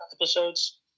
episodes